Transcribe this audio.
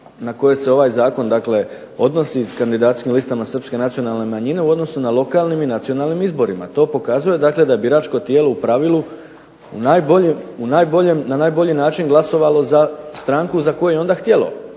na koje se ovaj Zakon dakle odnosi kandidatskim listama srpske nacionalne manjine u odnosu na lokalnim i nacionalnim izborima. To pokazuje, dakle da je biračko tijelo u pravilu u najboljem, na najbolji način glasovalo za stranku za koju je onda htjelo.